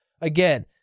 again